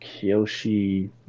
Kyoshi